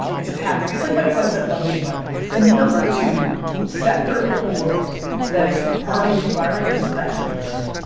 it's a tactic. it's like my friends that love the environment. the number two sector in the world that is hurting the environment is the fashion industry.